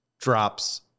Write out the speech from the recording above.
drops